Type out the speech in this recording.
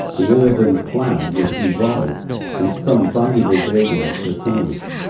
the urban plan was revised and some valuable buildings were saved.